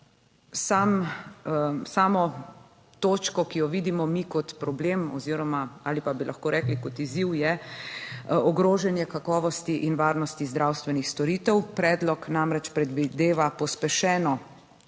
samo točko, ki jo vidimo mi kot problem oziroma ali pa bi lahko rekli kot izziv je ogrožanje kakovosti in varnosti zdravstvenih storitev. Predlog namreč predvideva pospešeno